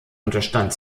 unterstand